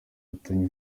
bifitanye